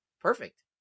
perfect